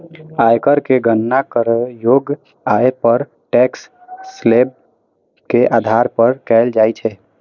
आयकर के गणना करयोग्य आय पर टैक्स स्लेब के आधार पर कैल जाइ छै